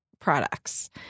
products